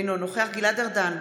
אינו נוכח גלעד ארדן,